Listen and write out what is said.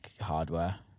hardware